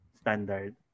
standard